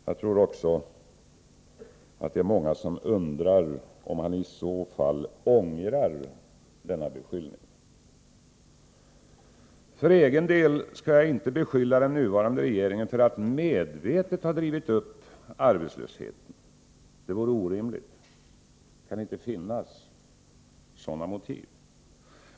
Jag tror också att det är många som undrar om han i så fall ångrar denna beskyllning. För egen del skall jag inte beskylla den nuvarande regeringen för att medvetet ha drivit upp arbetslösheten. Det vore orimligt — det kan inte finnas motiv för det.